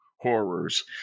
horrors